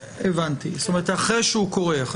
זאת אומרת אחרי שהוא קורה.